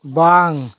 ᱵᱚᱝ